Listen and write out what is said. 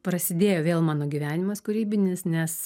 prasidėjo vėl mano gyvenimas kūrybinis nes